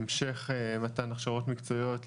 המשך מתן הכשרות מקצועיות,